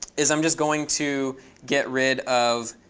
is i'm just going to get rid of